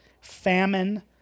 famine